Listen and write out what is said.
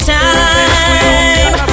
time